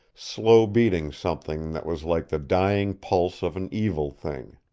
slow-beating something that was like the dying pulse of an evil thing.